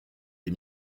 des